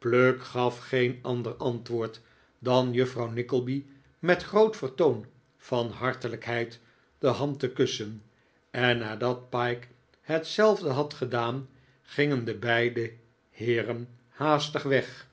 pluck gaf geen ander antwoord dan juffrouw nickleby met groot vertoon van hartelijkheid de hand te kussen en nadat pyke hetzelfde had gedaan gingen de beide heeren haastig weg